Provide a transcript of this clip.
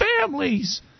families